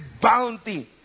Bounty